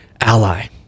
ally